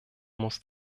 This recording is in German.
muss